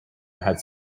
had